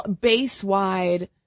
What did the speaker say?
base-wide